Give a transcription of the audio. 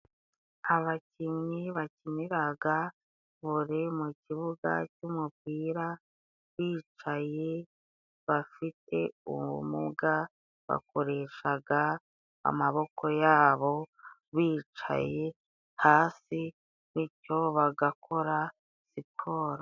Abakinnyi bakiniraga vole mu kibuga cy'umupira bicaye, bafite ubumuga bakoreshaga amaboko yabo bicaye hasi bicyo bagakora siporo.